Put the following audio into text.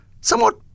somewhat